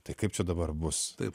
tai kaip čia dabar bus taip